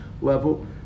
level